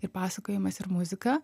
ir pasakojimas ir muzika